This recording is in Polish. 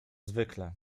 zwykle